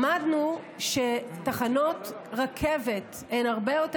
למדנו שתחנות רכבת הן הרבה יותר